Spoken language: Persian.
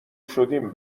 شدیم